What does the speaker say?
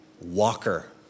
walker